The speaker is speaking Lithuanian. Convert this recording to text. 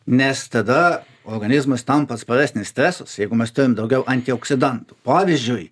nes tada organizmas tampa atsparesnis stresui jeigu mes turim daugiau antioksidantų pavyzdžiui